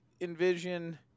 envision